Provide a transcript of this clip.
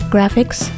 Graphics